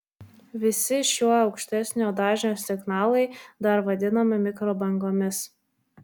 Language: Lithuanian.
visi šiuo aukštesnio dažnio signalai dar vadinami mikrobangomis